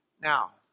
now